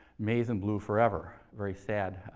maize and blue forever, very sad